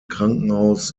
krankenhaus